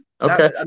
Okay